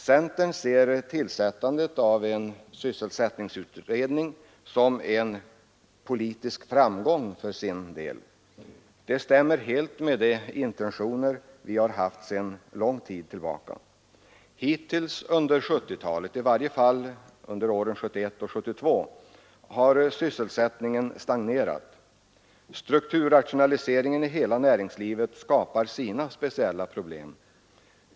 Centern ser tillsättandet av en sysselsättningsutredning som en politisk framgång för sin del. Det överensstämmer helt med de intentioner vi haft sedan lång tid tillbaka. Hittills under 1970-talet, i varje fall under åren 1971 och 1972, har sysselsättningen stagnerat. Strukturrationaliseringen i hela näringslivet skapar sina speciella problem.